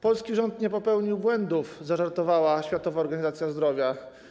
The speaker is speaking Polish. Polski rząd nie popełnił błędów, zażartowała Światowa Organizacja Zdrowia.